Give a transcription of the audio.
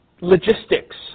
logistics